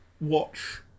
watch